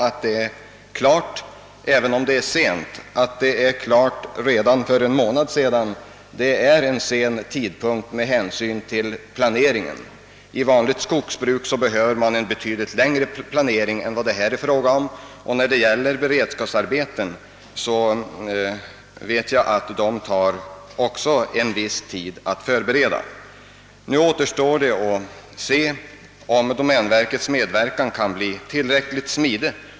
Statsrådet säger i svaret att frågan löstes redan för en månad sedan. även den tidpunkten var dock sen med hänsyn till planeringen av verksamheten i vinter. I vanligt skogsbruk behöver man en betydande tid för planering, och beredskapsarbeten i skogen är inget undantag. Nu återstår att se om domänverkets medverkan kan bli tillräckligt smidig.